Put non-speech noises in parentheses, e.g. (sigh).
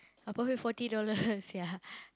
forty dollars (laughs) ya